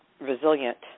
resilient